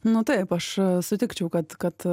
nu taip aš sutikčiau kad kad